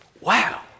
Wow